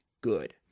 good